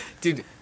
Dude